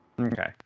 Okay